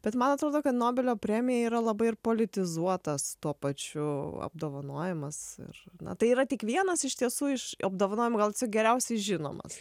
bet man atrodo kad nobelio premija yra labai ir politizuotas tuo pačiu apdovanojimas ir na tai yra tik vienas iš tiesų iš apdovanojimų gal tiesiog geriausiai žinomas